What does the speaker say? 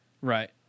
Right